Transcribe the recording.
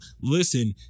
listen